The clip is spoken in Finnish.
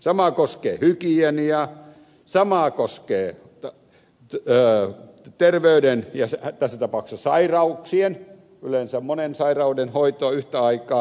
sama koskee hygieniaa sama koskee terveyden tässä tapauksessa sairauksien yleensä monen sairauden hoitoa yhtä aikaa